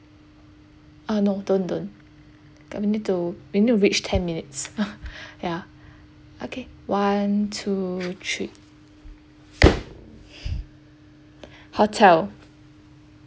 uh no don't don't we need to we need to reach ten minutes ya okay one two three hotel